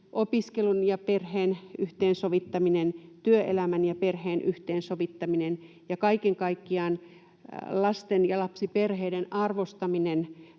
opiskelun ja perheen yhteensovittaminen, työelämän ja perheen yhteensovittaminen ja kaiken kaikkiaan lasten ja lapsiperheiden arvostaminen